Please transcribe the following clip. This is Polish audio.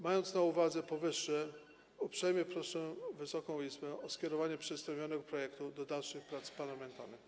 Mając na uwadze powyższe, uprzejmie proszę Wysoką Izbę o skierowanie przedstawionego projektu do dalszych prac parlamentarnych.